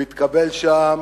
הוא התקבל שם